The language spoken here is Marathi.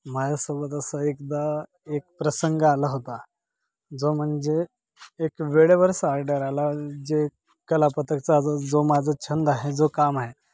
माझ्यासोबत असा एकदा एक प्रसंग आला होता जो म्हणजे एक वेळेवरच आर्डर आला जे कलापथकचा ज जो माझं छंद आहे जो काम आहे